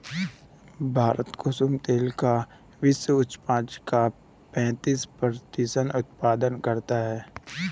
भारत कुसुम तेल के विश्व उपज का पैंतीस प्रतिशत उत्पादन करता है